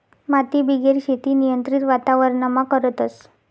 मातीबिगेर शेती नियंत्रित वातावरणमा करतस